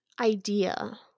idea